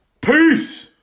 peace